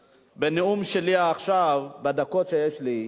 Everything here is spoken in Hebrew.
בנאום שלי עכשיו, בדקות שיש לי,